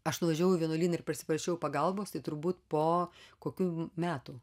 aš nuvažiavau į vienuolyną ir pasiprašau pagalbos tai turbūt po kokių metų